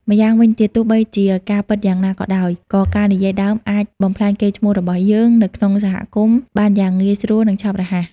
ម៉្យាងវិញទៀតទោះបីជាការពិតយ៉ាងណាក៏ដោយ ក៏ការនិយាយដើមអាច បំផ្លាញកេរ្តិ៍ឈ្មោះរបស់យើង នៅក្នុងសហគមន៍បានយ៉ាងងាយស្រួល និងឆាប់រហ័ស។